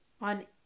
on